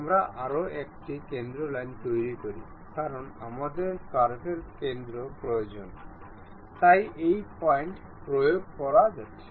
আমরা আরও একটি কেন্দ্র লাইন তৈরি করি কারণ আমাদের কার্ভর কেন্দ্র প্রয়োজন তাই এই পয়েন্ট প্রয়োগ করা হচ্ছে